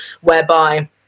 whereby